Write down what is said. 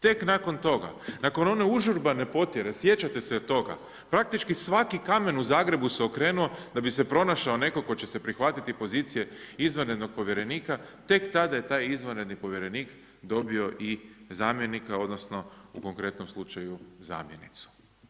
Tek nakon toga, nakon one užurbane potjere, sjećate se toga, praktički svaki kamen u Zagrebu se okrenuo da bi se pronašao neko tko će se prihvatiti pozicije izvanrednog povjerenika, tek tada je taj izvanredni povjerenik dobio i zamjenika odnosno u konkretnom slučaju zamjenicu.